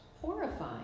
horrifying